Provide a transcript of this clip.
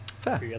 Fair